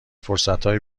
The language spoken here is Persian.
فرصتهای